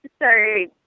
sorry